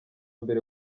mbere